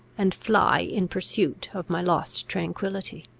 and fly in pursuit of my lost tranquillity.